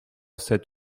sept